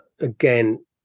again